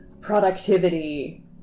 productivity